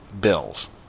bills